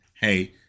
Hey